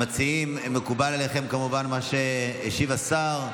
המציעים, מקובל עליכם כמובן מה שהשיב השר.